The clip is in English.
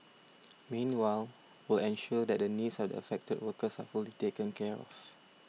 meanwhile will ensure that the needs of the affected workers are fully taken care of